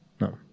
No